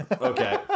Okay